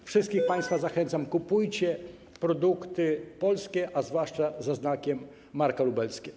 Wszystkich państwa zachęcam: kupujcie produkty polskie, a zwłaszcza ze znakiem: Marka Lubelskie.